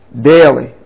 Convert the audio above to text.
Daily